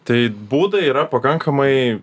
tai būdai yra pakankamai